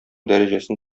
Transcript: дәрәҗәсен